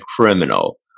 criminal